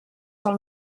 del